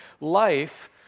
life